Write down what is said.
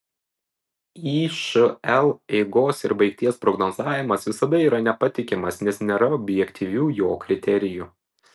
išl eigos ir baigties prognozavimas visada yra nepatikimas nes nėra objektyvių jo kriterijų